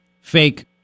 fake